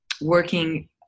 working